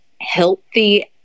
healthy